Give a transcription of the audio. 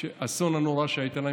האסון הנורא שהיה להם